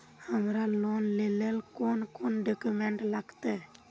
हमरा लोन लेले कौन कौन डॉक्यूमेंट लगते?